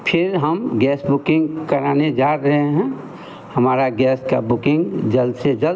फ़िर हम gas booking कराने जा रहे हैं हमारा गैस की बुकिंग जल्द से जल्द